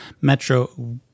metro